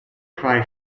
cry